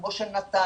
כמו של נט"ל,